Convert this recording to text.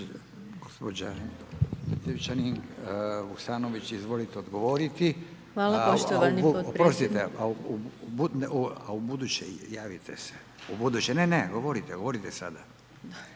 Hvala poštovani potpredsjedniče.